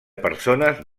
persones